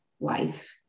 life